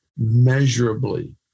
measurably